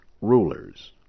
rulers